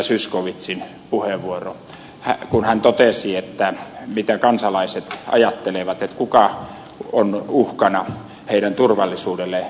zyskowiczin puheenvuoro kun hän totesi mitä kansalaiset ajattelevat kuka on uhkana heidän turvallisuudelleen